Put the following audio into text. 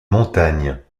montagnes